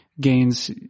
gains